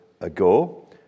ago